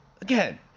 again